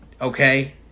okay